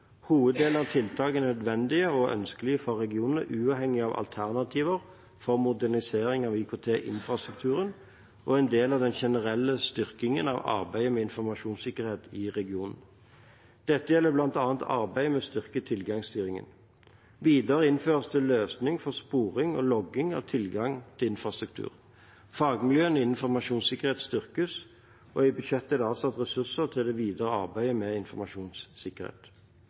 Hoveddelen av tiltakene er nødvendige og ønskelige for regionen, uavhengig av alternativ for modernisering av IKT-infrastruktur, og er en del av den generelle styrkingen av arbeidet med informasjonssikkerheten i regionen. Dette gjelder bl.a. arbeidet med å styrke tilgangsstyringen. Videre innføres det løsning for sporing og logging av tilganger til infrastrukturen. Fagmiljøene innen informasjonssikkerhet styrkes, og i budsjettet er det satt av ressurser til det videre arbeidet med informasjonssikkerhet.